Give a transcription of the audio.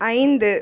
ஐந்து